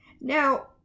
Now